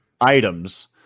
items